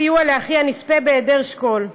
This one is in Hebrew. סיוע לאחי הנספה בהיעדר שכול).